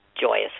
joyous